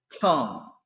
come